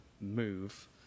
move